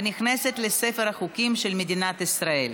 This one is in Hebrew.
ונכנסת לספר החוקים של מדינת ישראל.